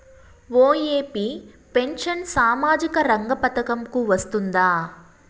OAP pension సామాజిక రంగ పథకం కు వస్తుందా?